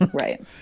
right